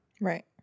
Right